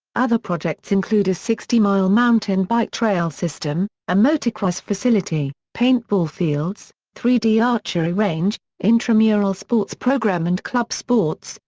other projects include a sixty mile mountain bike trail system, a motorcross facility, paintball fields, three d archery range, intramural sports program and club sports,